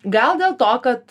gal dėl to kad